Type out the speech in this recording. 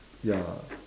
ya